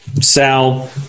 Sal